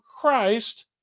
Christ